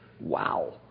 Wow